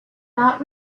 not